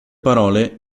parole